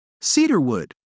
Cedarwood